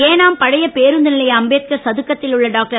ஏனாம் பழைய பேருந்து நிலைய அம்பேத்கர் சதுக்கத்தில் உள்ள டாக்டர்